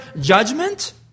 judgment